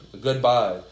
Goodbye